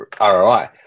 ROI